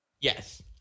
Yes